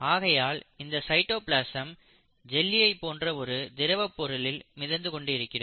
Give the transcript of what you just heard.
ஆகையால் இந்த cytoplasm jelly போன்ற ஒரு திரவப்பொருளில் மிதந்து கொண்டிருக்கிறது